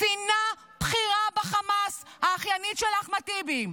קצינה בכירה בחמאס, האחיינית של אחמד טיבי.